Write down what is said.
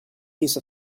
piece